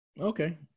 Okay